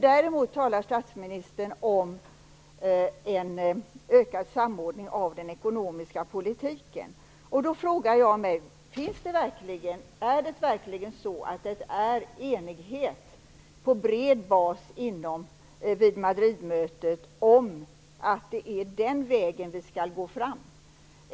Däremot talar han om en ökad samordning av den ekonomiska politiken. Då vill jag fråga: Var det verkligen enighet på bred bas vid Madridmötet om att det är den vägen vi skall gå fram?